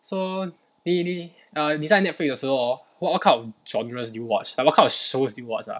so 你你 err 你在 Netflix 的时候 hor what what kind of genres do you watch like what kind of shows do you watch ah